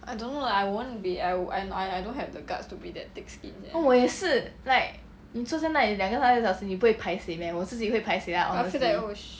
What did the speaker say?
I don't know lah I won't be I and I don't have the guts to be that thick skin sia